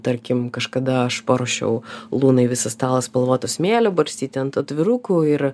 tarkim kažkada aš paruošiau lunai visą stalą spalvoto smėlio barstyti ant atvirukų ir